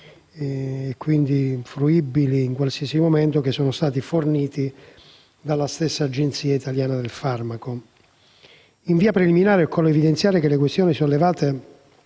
e quindi fruibili in qualsiasi momento, forniti dalla stessa Agenzia italiana del farmaco. In via preliminare occorre evidenziare che le questioni sollevate